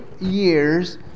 years